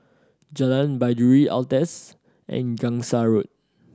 Jalan Baiduri Altez and Gangsa Road